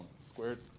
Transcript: squared